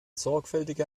sorgfältige